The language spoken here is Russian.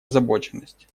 озабоченность